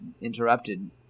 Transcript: interrupted